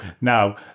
now